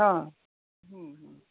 हा